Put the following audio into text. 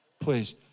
Please